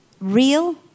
real